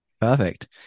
Perfect